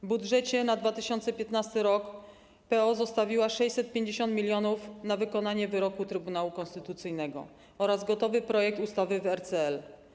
W budżecie na 2015 r. PO zostawiła 650 mln na wykonanie wyroku Trybunału Konstytucyjnego oraz gotowy projekt ustawy w RCL.